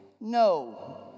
No